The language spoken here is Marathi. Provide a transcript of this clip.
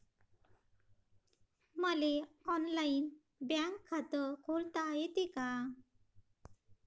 मले ऑनलाईन बँक खात खोलता येते का?